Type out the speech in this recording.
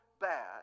bad